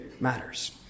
matters